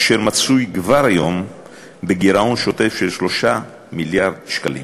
אשר מצוי כבר היום בגירעון שוטף של 3 מיליארד שקלים.